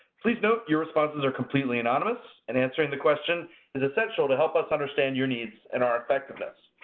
please note your responses are completely anonymous. and answering the question is essential to help us understand your needs and our effectiveness.